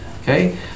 Okay